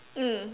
mm